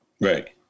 Right